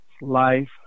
life